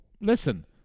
listen